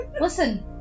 Listen